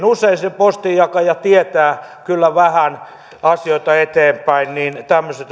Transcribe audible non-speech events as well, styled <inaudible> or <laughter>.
<unintelligible> usein se postinjakaja tietää kyllä vähän asioita eteenpäin tämmöiset <unintelligible>